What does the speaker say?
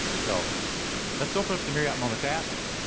so let's open up the marriott moments app